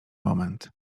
moment